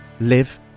live